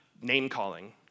name-calling